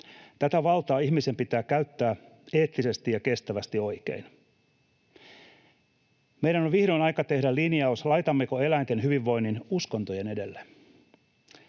Tätä valtaa ihmisen pitää käyttää eettisesti ja kestävästi oikein. Meidän on vihdoin aika tehdä linjaus, laitammeko eläinten hyvinvoinnin uskontojen edelle.